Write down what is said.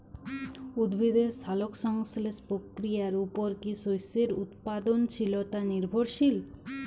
উদ্ভিদের সালোক সংশ্লেষ প্রক্রিয়ার উপর কী শস্যের উৎপাদনশীলতা নির্ভরশীল?